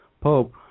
Pope